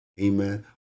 Amen